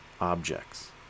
objects